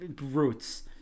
Roots